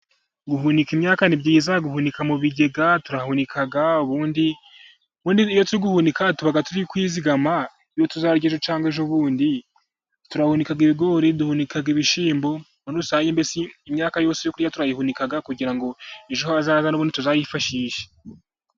Guhunika imyaka ni byiza, guhunika mu bigega turahunika, ubundi n'iyo turi guhunika tuba turi kwizigama ibyo tuzarya ejo cyangwa ejobundi. Turahunika ibigori, duhunika ibishyimbo, muri rusange mbese imyaka yose yo kurya turayihunika, kugira ngo ejo hazaza n'ubundi tuzayifashishe.